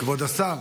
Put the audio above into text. כבוד השר,